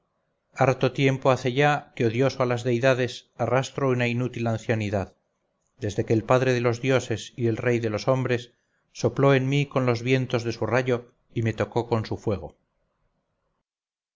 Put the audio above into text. harto tiempo hace ya que odioso a las deidades arrastro una inútil ancianidad desde que el padre de los dioses y rey de los hombres sopló en mí con los vientos de su rayo y me tocó con su fuego